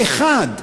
פה-אחד,